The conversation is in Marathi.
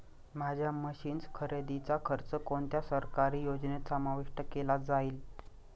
माझ्या मशीन्स खरेदीचा खर्च कोणत्या सरकारी योजनेत समाविष्ट केला जाईल?